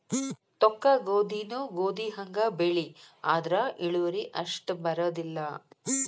ತೊಕ್ಕಗೋಧಿನೂ ಗೋಧಿಹಂಗ ಬೆಳಿ ಆದ್ರ ಇಳುವರಿ ಅಷ್ಟ ಬರುದಿಲ್ಲಾ